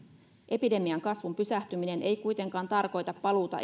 epidemian kasvun pysähtyminen ei kuitenkaan tarkoita paluuta